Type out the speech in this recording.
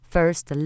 First